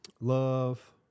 love